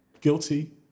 guilty